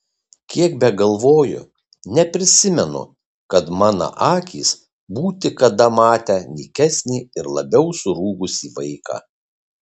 kiek begalvoju neprisimenu kad mana akys būti kada matę nykesnį ir labiau surūgusį vaiką